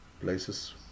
places